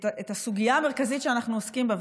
הסוגיה המרכזית שאנחנו עוסקים בה,